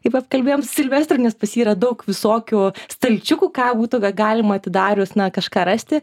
kaip atkalbėjom silvestrą nes pas yra daug visokių stalčiukų ką būtų va galima atidarius na kažką rasti